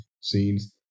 scenes